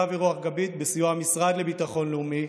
ורוח גבית בסיוע המשרד לביטחון לאומי,